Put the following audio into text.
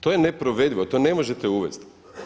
To je neprovedivo, to ne možete uvesti.